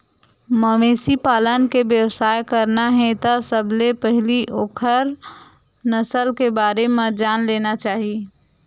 मवेशी पालन के बेवसाय करना हे त सबले पहिली ओखर नसल के बारे म जान लेना चाही